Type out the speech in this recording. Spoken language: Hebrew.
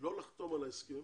לא לחתום על ההסכם